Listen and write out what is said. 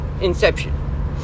inception